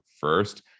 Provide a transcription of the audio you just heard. first